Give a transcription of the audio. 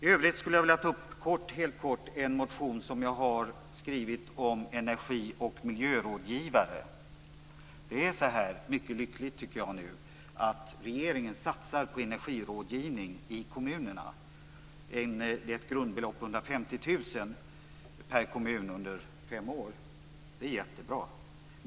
I övrigt skulle jag kortfattat vilja ta upp en motion som jag har skrivit om energi och miljörådgivare. Nu är det så lyckligt att regeringen satsar på energirådgivning i kommunerna. Det är ett grundbelopp på 150 000 kr per kommun under fem år. Det är jättebra.